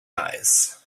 eyes